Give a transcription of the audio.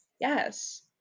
Yes